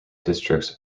districts